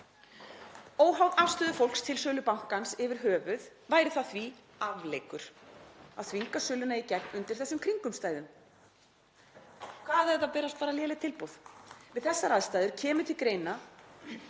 Óháð afstöðu fólks til sölu bankans yfir höfuð væri það því afleikur að þvinga söluna í gegn undir þessum kringumstæðum. Hvað ef það berast bara léleg tilboð? Kemur til greina